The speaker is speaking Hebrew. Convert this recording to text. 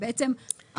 בעצם,